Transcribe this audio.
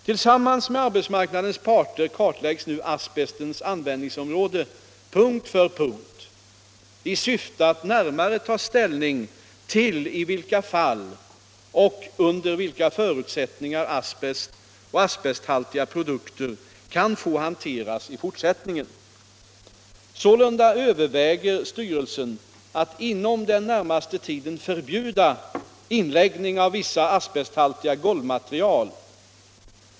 Tillsammans med arbetsmarknadens parter kartläggs nu asbestens användningsområden punkt för punkt i syfte att närmare ta ställning till i vilka fall och under vilka förutsättningar asbest och asbesthaltiga produkter kan få hanteras i fortsättningen. Sålunda överväger styrelsen att inom den närmaste tiden förbjuda inläggning av vissa asbesthaltiga golvmaterial.